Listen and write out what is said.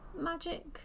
magic